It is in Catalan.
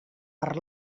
per